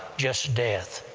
just death!